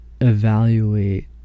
evaluate